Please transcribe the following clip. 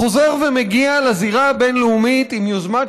חוזר ומגיע לזירה הבין-לאומית עם יוזמת